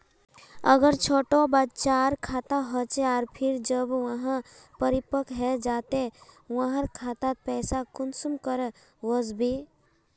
अगर छोटो बच्चार खाता होचे आर फिर जब वहाँ परिपक है जहा ते वहार खातात पैसा कुंसम करे वस्बे?